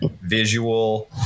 visual